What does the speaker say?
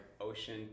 ocean